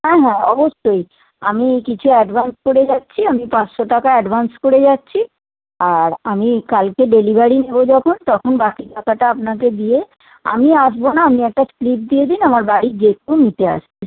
হ্যাঁ হ্যাঁ অবশ্যই আমি এই কিছু অ্যাডভান্স করে যাচ্ছি আমি পাঁচশো টাকা অ্যাডভান্স করে যাচ্ছি আর আমি এই কালকে ডেলিভারি নেবো যখন তখন বাকি টাকাটা আপনাকে দিয়ে আমি আসবো না আপনি একটা স্লিপ দিয়ে দিন আমার বাড়ির যে কেউ নিতে আসবে